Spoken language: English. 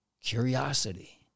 Curiosity